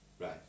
right